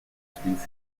species